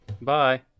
Bye